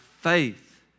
faith